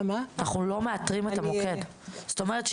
זאת אומרת,